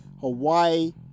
hawaii